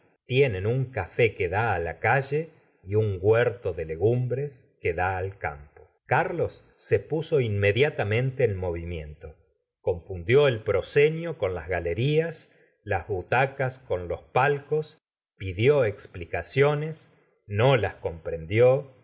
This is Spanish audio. tienen un café que da á la calle y un huerto de legumbres que da al campo carlos se puso inmediatamente en movimiento confundió el proscenio con las galerías las butacas con los palcos pidió explicaciones no las comprendió